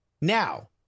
Now